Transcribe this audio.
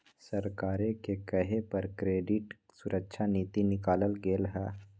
सरकारे के कहे पर क्रेडिट सुरक्षा नीति निकालल गेलई ह